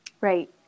Right